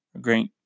Great